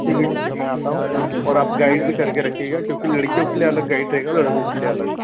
ठीक है ठीक है मैं आता हूँ और आप गाइड भी कर के रखिएगा क्योंकि लड़कियों के लिए अलग गाइड रहेगा लड़कों के लिए अलग